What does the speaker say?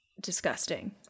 disgusting